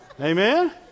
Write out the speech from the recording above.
Amen